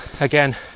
again